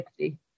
60